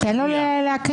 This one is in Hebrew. תן לו להקריא.